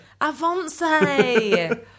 Avance